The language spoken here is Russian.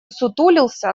ссутулился